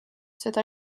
seda